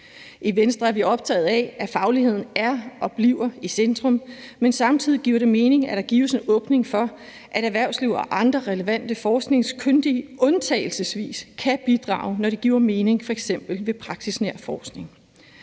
I Venstre er vi optaget af, at fagligheden er og bliver i centrum, men samtidig giver det mening, at der gives en åbning for, at erhvervslivet og andre relevante forskningskyndige undtagelsesvis kan bidrage, når det giver mening, f.eks. ved praksisnær forskning.